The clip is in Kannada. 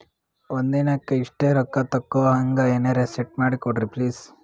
ಒಂದಿನಕ್ಕ ಇಷ್ಟೇ ರೊಕ್ಕ ತಕ್ಕೊಹಂಗ ಎನೆರೆ ಸೆಟ್ ಮಾಡಕೋಡ್ರಿ ಪ್ಲೀಜ್?